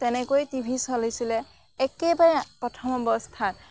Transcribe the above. তেনেকৈ T V চলিছিলে একেবাৰে প্ৰথম অৱস্থাত